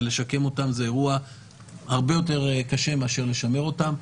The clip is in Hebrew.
ולשקם אותן זה אירוע הרבה יותר קשה מאשר לשמר אותן.